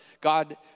God